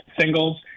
singles